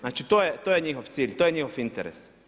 Znači to je njihov cilj, to je njihov interes.